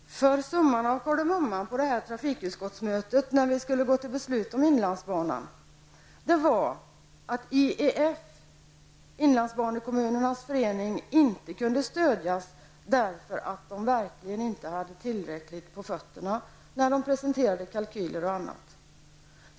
Summan av kardemumman av det här mötet med trafikutskottet när vi skulle gå till beslut om inlandsbanan, var att i IEF, Inlandskommunernas Ekonomiska Förening, inte kunde stödjas därför att föreningen verkligen inte hade tillräckligt på fötterna när kalkyler m.m. presenterades.